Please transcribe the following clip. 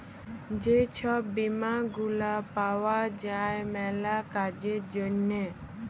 যে ছব বীমা গুলা পাউয়া যায় ম্যালা কাজের জ্যনহে